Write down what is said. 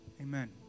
amen